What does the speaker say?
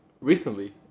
Recently